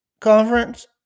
conference